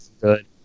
good